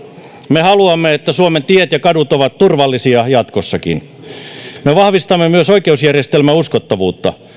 me haluamme että suomen tiet ja kadut ovat turvallisia jatkossakin me vahvistamme myös oikeusjärjestelmän uskottavuutta